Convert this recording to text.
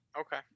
Okay